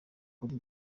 kuri